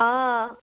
অঁ